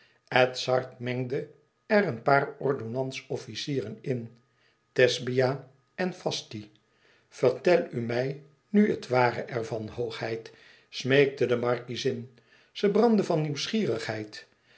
edzard mengde er een paar ordonnansofficieren in thesbia en fasti vertelt u mij nu het ware er van hoogheid smeekte de markiezin ze brandde van nieuwsgierigheid